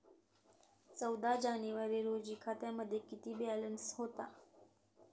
चौदा जानेवारी रोजी खात्यामध्ये किती बॅलन्स होता?